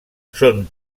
són